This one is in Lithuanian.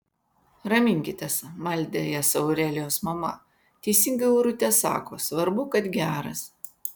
raminkitės maldė jas aurelijos mama teisingai aurutė sako svarbu kad geras